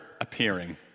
appearing